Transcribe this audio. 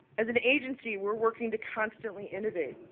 as an agency, we're working to constantly innovate,